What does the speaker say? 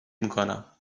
میکنم